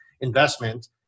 investment